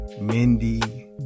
Mindy